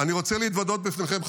אני רוצה להתוודות בפניכם,